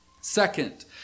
Second